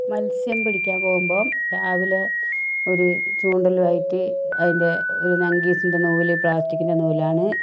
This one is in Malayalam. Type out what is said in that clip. മത്സ്യം പിടിക്കാൻ പോകുമ്പം രാവിലെ ഒരു ചൂണ്ടലുമായിട്ട് അതിന്റെ ഒരു നംഗീസിന്റെ നൂല് പ്ലാസ്റ്റിക്കിൻ്റെ നൂലാണ്